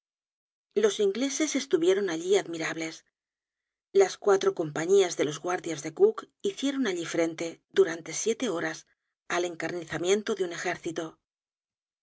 los ingleses estuvieron allí admirables las cuatro compañías de los guardias de coocke hicieron allí frente durante siete horas al encarnizamiento de un ejército